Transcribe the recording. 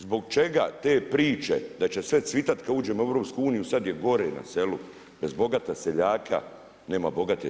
Zbog čega te priče, da će sve cvjetati kada uđemo u EU, sada je gore na selu, bez bogata seljaka nema bogate države.